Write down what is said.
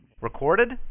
Recorded